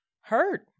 hurt